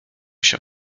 się